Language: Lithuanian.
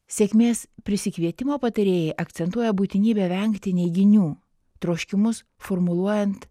sėkmės prisikvietimo patarėjai akcentuoja būtinybę vengti neiginių troškimus formuluojant